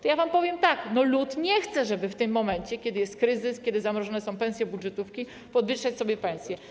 To ja wam powiem tak: lud nie chce, żeby w tym momencie, kiedy jest kryzys, kiedy zamrożone są pensje budżetówki, podwyższać sobie pensje.